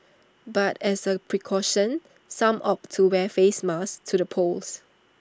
but as A precaution some opted to wear face masks to the polls